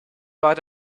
but